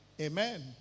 Amen